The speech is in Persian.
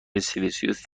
سلسیوس